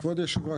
כבוד היושב-ראש,